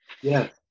Yes